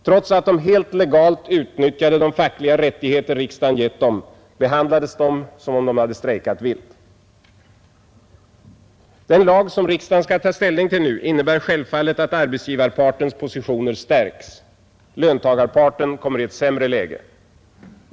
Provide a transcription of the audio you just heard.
Trots att de helt legalt utnyttjade de fackliga rättigheter riksdagen givit dem, behandlades de som om de strejkat vilt. Den lag som riksdagen skall ta ställning till innebär självfallet att arbetsgivarpartens positioner stärkes. Löntagarparten kommer i ett sämre läge.